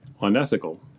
unethical